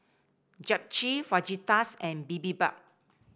Japchae Fajitas and Bibimbap